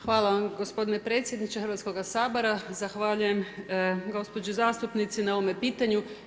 Hvala vam gospodine predsjedniče Hrvatskoga sabora, zahvaljujem gospođi zastupnici na ovome pitanju.